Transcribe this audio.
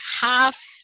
half